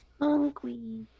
Hungry